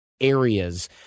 areas